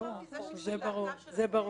זה שיקול דעתה של הכנסת.